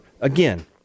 Again